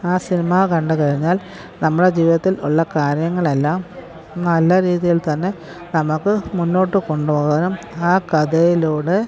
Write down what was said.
ആ സിനിമ കണ്ടു കഴിഞ്ഞാൽ നമ്മുടെ ജീവിതത്തിൽ ഉള്ള കാര്യങ്ങളെല്ലാം നല്ല രീതിയിൽത്തന്നെ നമുക്ക് മുന്നോട്ട് കൊണ്ടുപോകാനും ആ കഥയിലൂടെ